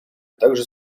также